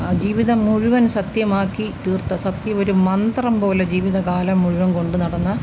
ആ ജീവിതം മുഴുവൻ സത്യമാക്കി തീർത്ത സത്യം ഒരു മന്ത്രം പോലെ ജീവിത കാലം മുഴുവൻ കൊണ്ട് നടന്ന